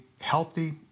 healthy